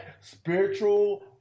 spiritual